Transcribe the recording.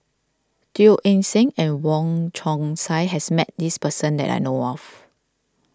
Teo Eng Seng and Wong Chong Sai has met this person that I know of